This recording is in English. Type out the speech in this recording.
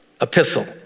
epistle